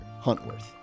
huntworth